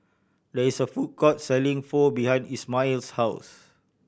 there is a food court selling Pho behind Ishmael's house